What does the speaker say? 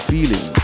Feeling